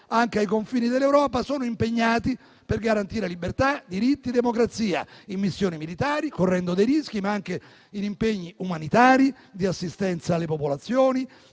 anche ai confini dell'Europa, sono impegnati per garantire libertà, diritti e democrazia in missioni militari, correndo dei rischi, ma anche in impegni umanitari, di assistenza alle popolazioni,